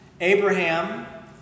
Abraham